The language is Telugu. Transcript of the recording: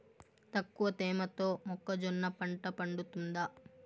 తక్కువ తేమతో మొక్కజొన్న పంట పండుతుందా?